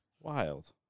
wild